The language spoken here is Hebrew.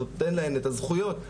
נותן להן את הזכויות,